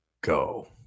go